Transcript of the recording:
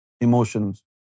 emotions